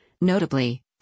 Notably